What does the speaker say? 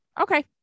Okay